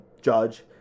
judge